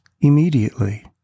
Immediately